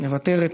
מוותרת,